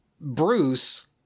bruce